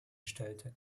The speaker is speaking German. stellte